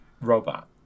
robot